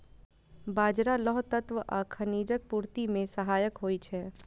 बाजरा लौह तत्व आ खनिजक पूर्ति मे सहायक होइ छै